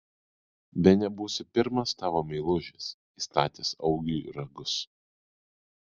bene būsiu pirmas tavo meilužis įstatęs augiui ragus